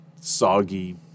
soggy